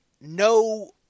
no